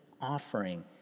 offering